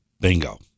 Bingo